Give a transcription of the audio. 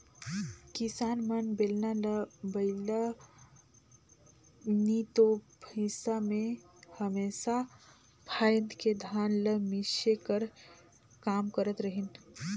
किसान मन बेलना ल बइला नी तो भइसा मे हमेसा फाएद के धान ल मिसे कर काम करत रहिन